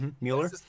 Mueller